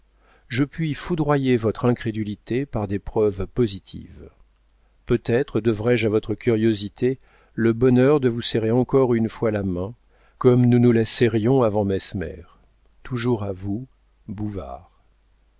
je puis foudroyer votre incrédulité par des preuves positives peut-être devrai-je à votre curiosité le bonheur de vous serrer encore une fois la main comme nous nous la serrions avant mesmer toujours à vous